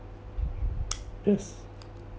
yes